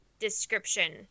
description